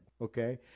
okay